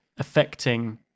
affecting